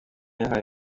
yahaye